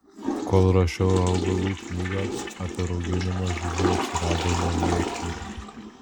kol rašiau augalų knygą apie rauginimą žinių atsirado naujai knygai